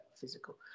physical